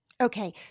Okay